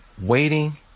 waiting